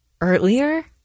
earlier